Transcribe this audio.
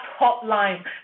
hotline